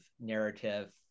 narrative